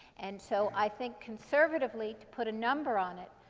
and so i think, conservatively, to put a number on it,